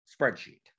spreadsheet